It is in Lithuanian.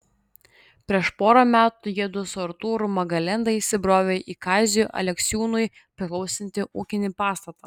prieš porą metų jiedu su artūru magalenga įsibrovė į kaziui aleksiūnui priklausantį ūkinį pastatą